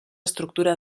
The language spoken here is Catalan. estructura